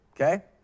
okay